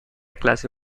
clase